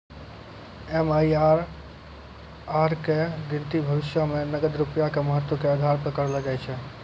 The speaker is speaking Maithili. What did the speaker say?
एम.आई.आर.आर के गिनती भविष्यो मे नगद रूपया के महत्व के आधार पे करलो जाय छै